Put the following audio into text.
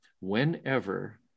whenever